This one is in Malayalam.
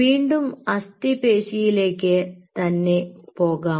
വീണ്ടും അസ്ഥിപേശിയിലേക്ക് തന്നെ പോകാം